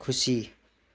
खुसी